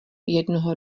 jednoho